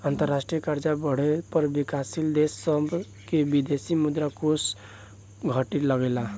अंतरराष्ट्रीय कर्जा बढ़े पर विकाशील देश सभ के विदेशी मुद्रा कोष घटे लगेला